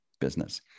business